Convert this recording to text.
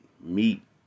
meat